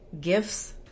gifts